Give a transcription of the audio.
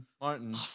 Martin